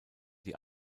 die